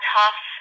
tough